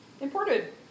Imported